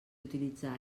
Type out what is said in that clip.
utilitzar